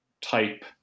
type